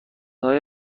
های